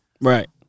right